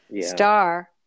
star